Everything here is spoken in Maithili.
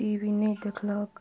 टी वी नहि देखलक